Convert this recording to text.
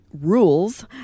rules